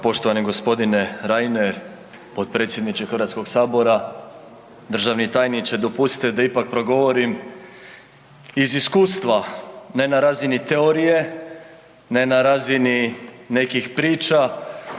Poštovani gospodine Reiner, potpredsjedniče Hrvatskog sabora, državni tajniče dopustite da ipak progovorim iz iskustva ne na razini teorije, ne na razini nekih priča